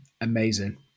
amazing